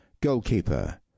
goalkeeper